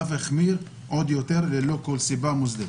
ואף החמיר עוד יותר ללא כל סיבה מוצדקת.